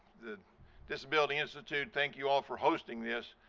the disability institute, thank you all for hosting this.